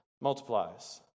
multiplies